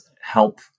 help